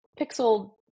pixel